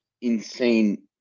insane